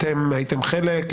האם אתם הייתם חלק?